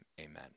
Amen